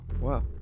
wow